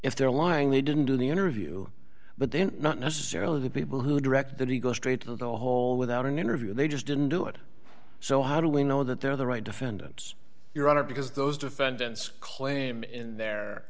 if they're lying they didn't do the interview but then not necessarily the people who direct that he go straight to the hole without an interview and they just didn't do it so how do we know that they're the right defendants your honor because those defendants claim in their